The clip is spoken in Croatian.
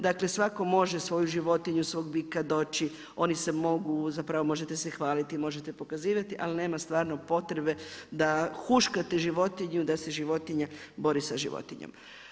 Dakle svatko može svoju životu, svog bitka doći oni se mogu zapravo možete se hvaliti, možete pokazivati ali nema stvarno potrebe da huškate životinju da se životinja bori sa životinjom.